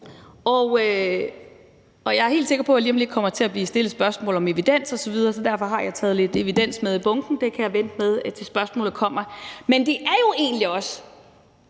Jeg er helt sikker på, at jeg lige om lidt kommer til at få spørgsmål om evidens osv., så derfor har jeg taget lidt evidens med i bunken. Det kan jeg vente med, til spørgsmålet kommer. Men det er jo egentlig også